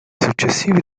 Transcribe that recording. successivi